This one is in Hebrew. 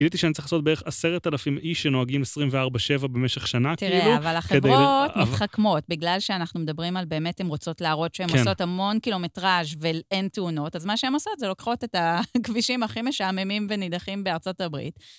גיליתי שאני צריך לעשות בערך 10,000 איש שנוהגים 24 שבע במשך שנה, כאילו. תראה, אבל החברות מתחכמות, בגלל שאנחנו מדברים על באמת הם רוצות להראות שהן עושות המון קילומטראז' ואין תאונות, אז מה שהן עושות זה לוקחות את הכבישים הכי משעממים ונידחים בארצות הברית.